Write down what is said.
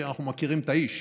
כי אנחנו מכירים את האיש.